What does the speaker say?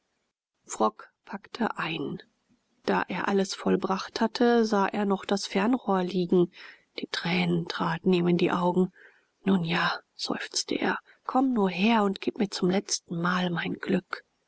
frock packte ein da er alles vollbracht hatte sah er noch das fernrohr liegen die tränen traten ihm in die augen nun ja seufzte er komm nur her und gib mir zum letzten mal mein glück